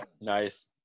Nice